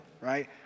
right